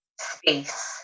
space